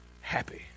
happy